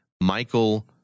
Michael